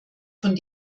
von